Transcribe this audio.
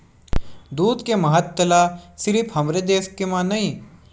दूद के महत्ता ल सिरिफ हमरे देस म नइ दुनिया के मनखे ह जानत हे